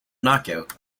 knockout